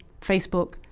Facebook